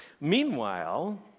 Meanwhile